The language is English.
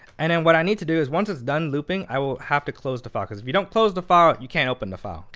and and what i need to do is, once it's done looping, i will have to close to file. because if you don't close the file, you can't open the file.